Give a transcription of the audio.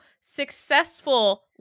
successful